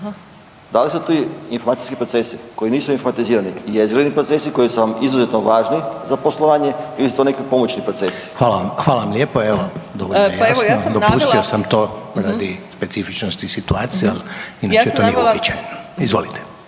da li su ti informacijski procesi koji nisu informatizirani jezgreni procesi koji su vam izuzetno važni za poslovanje ili su to neki pomoćni procesi? **Reiner, Željko (HDZ)** Evo, dovoljno je jasno, dopustio sam to radi specifičnosti situacije, inače to nije uobičajeno. Izvolite.